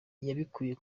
yabikuye